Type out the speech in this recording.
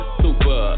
super